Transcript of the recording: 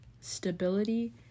stability